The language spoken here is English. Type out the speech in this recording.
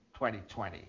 2020